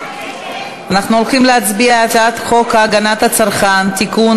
אנחנו מצביעים על הצעת חוק הגנת הצרכן (תיקון,